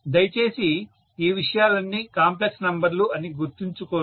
దయచేసి ఈ విషయాలన్నీ కాంప్లెక్స్ నంబర్లు అని గుర్తుంచుకోండి